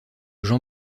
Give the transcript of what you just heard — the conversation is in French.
jean